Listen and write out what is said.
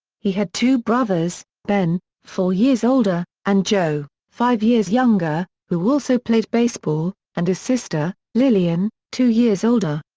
he had two brothers, ben, four years older, and joe, five years younger, who also played baseball, and a sister, lillian, two years older.